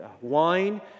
wine